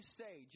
say